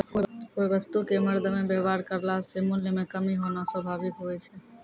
कोय वस्तु क मरदमे वेवहार करला से मूल्य म कमी होना स्वाभाविक हुवै छै